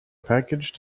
package